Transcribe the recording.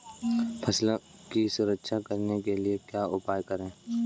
फसलों की सुरक्षा करने के लिए क्या उपाय करें?